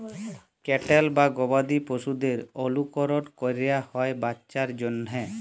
cattle বা গবাদি পশুদের অলুকরল ক্যরা হ্যয় বাচ্চার জ্যনহে